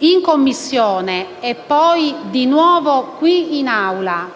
In Commissione e poi di nuovo qui in Assemblea,